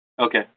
Okay